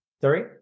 sorry